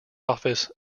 office